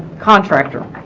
contractor